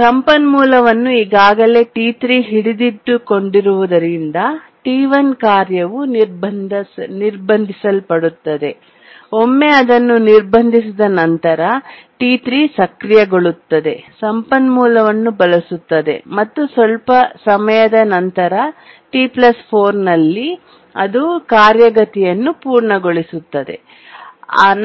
ಸಂಪನ್ಮೂಲವನ್ನು ಈಗಾಗಲೇ T3 ಹಿಡಿದಿಟ್ಟುಕೊಂಡಿರುವುದರಿಂದ T1 ಕಾರ್ಯವು ನಿರ್ಬಂಧಿಸಲ್ಪಡುತ್ತದೆ ಒಮ್ಮೆ ಅದನ್ನು ನಿರ್ಬಂಧಿಸಿದ ನಂತರ T3 ಸಕ್ರಿಯಗೊಳ್ಳುತ್ತದೆ ಸಂಪನ್ಮೂಲವನ್ನು ಬಳಸುತ್ತದೆ ಮತ್ತು ಸ್ವಲ್ಪ ಸಮಯದ ನಂತರ T 4 ನಲ್ಲಿ ಅದು ಕಾರ್ಯಗತಿಯನ್ನು ಪೂರ್ಣಗೊಳಿಸುತ್ತದೆ